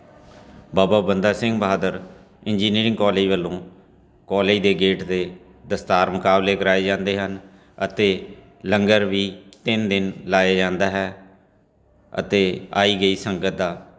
ਬਾਬਾ Banda Singh Bahadur engineering college ਵੱਲੋਂ college ਦੇ gate 'ਤੇ ਦਸਤਾਰ ਮੁਕਾਬਲੇ ਕਰਾਏ ਜਾਂਦੇ ਹਨ ਅਤੇ ਲੰਗਰ ਵੀ ਤਿੰਨ ਦਿਨ ਲਾਇਆ ਜਾਂਦਾ ਹੈ ਅਤੇ ਆਈ ਗਈ ਸੰਗਤ ਦਾ